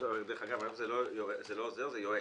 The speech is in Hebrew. דרך אגב, היום זה לא עוזר זה יועץ.